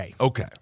Okay